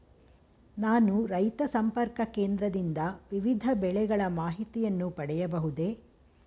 ನಾನು ರೈತ ಸಂಪರ್ಕ ಕೇಂದ್ರದಿಂದ ವಿವಿಧ ಬೆಳೆಗಳ ಮಾಹಿತಿಯನ್ನು ಪಡೆಯಬಹುದೇ?